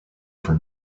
for